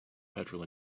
petrol